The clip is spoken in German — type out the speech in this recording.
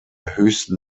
höchsten